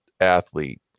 athlete